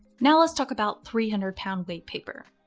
now let's talk about three hundred lb weight paper.